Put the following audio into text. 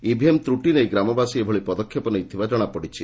EVM ତ୍ରଟି ନେଇ ଗ୍ରାମବାସୀ ଏଭଳି ପଦକ୍ଷେପ ନେଇଥିବା ଜଣାପଡିଛି